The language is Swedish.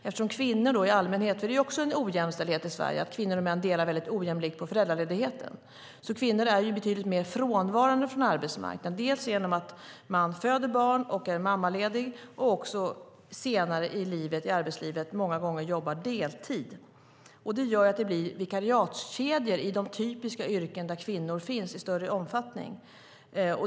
Det är också en ojämställdhet i Sverige att kvinnor och män delar ojämlikt på föräldraledigheten. Kvinnor är betydligt mer frånvarande från arbetsmarknaden genom att de föder barn och är mammalediga. Senare i arbetslivet jobbar de också många gånger deltid. Det gör att det blir vikariatskedjor i de typiska yrken där kvinnor finns i större omfattning.